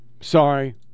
Sorry